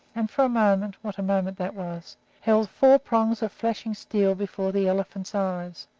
and for a moment what a moment that was held four prongs of flashing steel before the elephant's eyes,